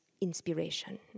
inspiration